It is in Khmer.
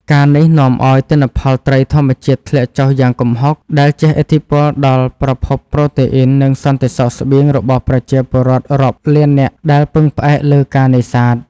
ការណ៍នេះនាំឱ្យទិន្នផលត្រីធម្មជាតិធ្លាក់ចុះយ៉ាងគំហុក ដែលជះឥទ្ធិពលដល់ប្រភពប្រូតេអ៊ីន និងសន្តិសុខស្បៀងរបស់ប្រជាពលរដ្ឋរាប់លាននាក់ដែលពឹងផ្អែកលើការនេសាទ។